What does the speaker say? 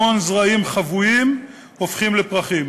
המון זרעים חבויים הופכים לפרחים.